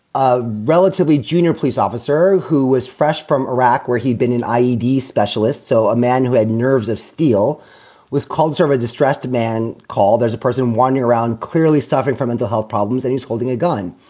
of relatively junior police officer who is fresh from iraq, where he'd been an ied specialist. so a man who had nerves of steel was called serve a distressed man call. there's a person one year around clearly suffering from mental health problems and he's holding a gun.